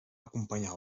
acompanyar